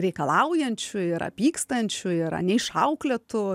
reikalaujančių yra pykstančių yra neišauklėtų